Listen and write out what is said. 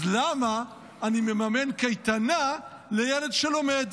אז למה אני מממן קייטנה לילד שלומד?